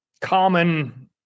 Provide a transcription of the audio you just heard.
common